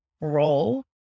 role